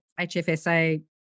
HFSA